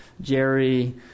Jerry